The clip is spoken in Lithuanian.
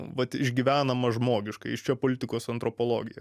vat išgyvenama žmogiškai iš čia politikos antropologija